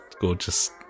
gorgeous